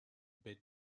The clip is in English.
bit